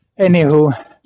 anywho